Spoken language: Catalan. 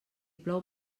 plou